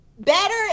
better